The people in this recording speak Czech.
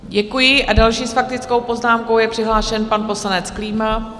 Děkuji a další s faktickou poznámkou je přihlášen pan poslanec Klíma.